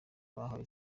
bahawe